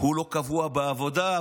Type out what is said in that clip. הוא לא קבוע בעבודה,